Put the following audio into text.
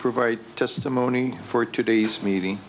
provide testimony for today's meeting